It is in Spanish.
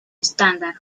estándar